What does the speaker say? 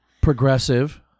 Progressive